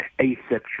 asexual